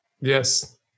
Yes